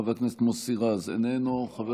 חבר הכנסת מוסי רז, איננו.